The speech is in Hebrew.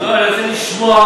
אני רוצה לשמוע.